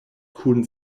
kun